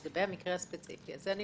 לגבי המקרה הספציפי הזה,